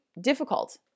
difficult